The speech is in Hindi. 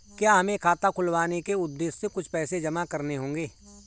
क्या हमें खाता खुलवाने के उद्देश्य से कुछ पैसे जमा करने होंगे?